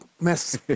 mess